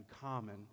common